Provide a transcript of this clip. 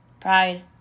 Pride